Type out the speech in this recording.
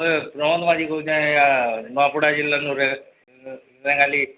ଏ ବାମନ ମାଝୀ କହୁଛେ ନୂଆପଡ଼ା ଜିଲ୍ଲାରୁ ରେଙ୍ଗାଲି